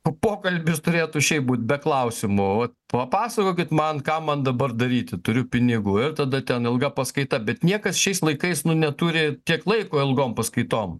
pokalbis turėtų šiaip būt be klausimų papasakokit man ką man dabar daryti turiu pinigų ir tada ten ilga paskaita bet niekas šiais laikais neturi tiek laiko ilgom paskaitom